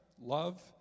love